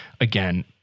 again